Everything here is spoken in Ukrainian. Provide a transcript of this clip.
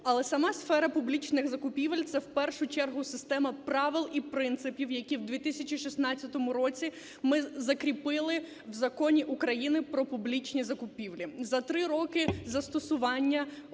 Але сама сфера публічних закупівель – це в першу чергу система правил і принципів, які в 2016 році ми закріпили в Законі України "Про публічні закупівлі". За 3 роки застосування